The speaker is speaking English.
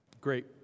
great